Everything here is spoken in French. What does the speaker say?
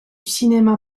cinéma